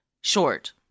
Short